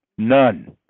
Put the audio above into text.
none